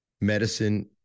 medicine